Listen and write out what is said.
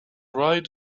right